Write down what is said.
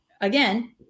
again